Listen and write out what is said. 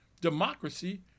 democracy